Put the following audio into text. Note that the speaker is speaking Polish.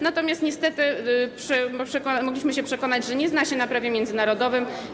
Natomiast niestety mogliśmy się przekonać, że nie zna się na prawie międzynarodowym.